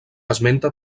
esmenta